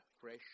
fresh